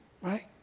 right